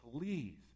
please